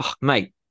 mate